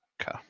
Okay